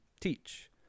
teach